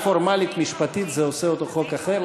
מבחינה פורמלית משפטית זה עושה אותו חוק אחר,